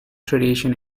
tradition